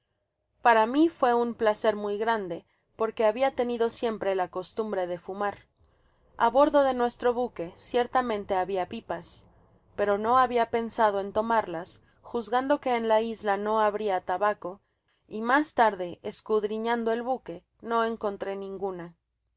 para mi fué un placer muy grande porque habia tenido siempre la costumbre defamar a bordo de nuestro buque ciertamente habia pipas pero no habia pensado en tomarlas juzgando que en la isla no habria tabaco y mas tarde escudrinando el buque no encontré ninguna